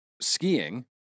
skiing